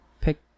pick